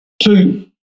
Two